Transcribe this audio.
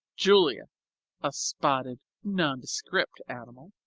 julia a spotted, nondescript animal.